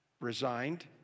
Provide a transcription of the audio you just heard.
resigned